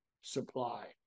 supply